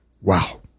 Wow